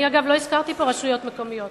אגב, אני לא הזכרתי פה רשויות מקומיות.